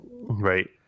Right